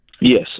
Yes